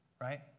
right